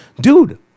dude